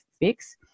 fix